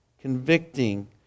convicting